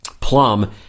Plum